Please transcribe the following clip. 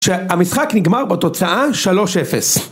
שהמשחק נגמר בתוצאה 3-0